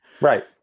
Right